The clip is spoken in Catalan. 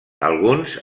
alguns